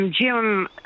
Jim